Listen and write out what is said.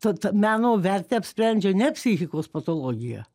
tad meno vertę apsprendžia ne psichikos patologija